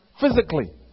physically